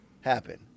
happen